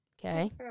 Okay